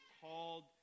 called